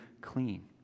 clean